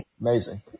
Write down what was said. Amazing